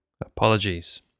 Apologies